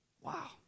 Wow